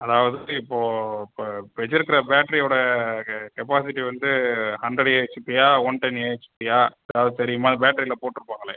அதாவது இப்போ இப்போ வைத்துருக்குற பேட்ரியோடய கெ கெப்பாசிட்டி வந்து ஹண்ட்ரட் ஏஹெச்பியா ஒன் டென் ஏஹெச்பியா ஏதாவது தெரியுமா பேட்ரியில் போட்டுருப்பாங்களே